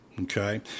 Okay